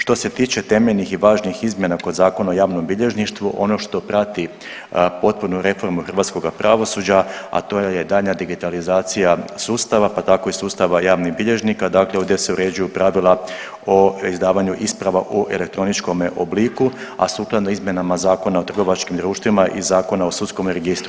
Što se tiče temeljnih i važnih izmjena kod Zakona o javnom bilježništvu ono što prati potpunu reformu hrvatskoga pravosuđa, a to je daljnja digitalizacija sustava pa tako i sustava javnih bilježnika, dakle ovdje se uređuju pravila o izdavanju isprava u elektroničkome obliku, a sukladno izmjenama Zakona o trgovačkim društvima i Zakona o sudskom registru.